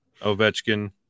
Ovechkin